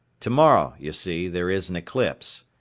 to-morrow, you see, there is an eclipse.